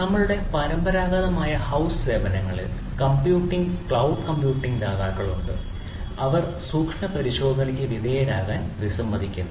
നമ്മളുടെ പരമ്പരാഗതമായി ഹൌസ് സേവനങ്ങളിൽ കമ്പ്യൂട്ടിംഗ് ക്ലൌഡ് കമ്പ്യൂട്ടിംഗ് ദാതാക്കളുണ്ട് അവർ സൂക്ഷ്മപരിശോധനയ്ക്ക് വിധേയരാകാൻ വിസമ്മതിക്കുന്നു